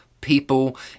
people